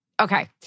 Okay